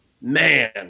man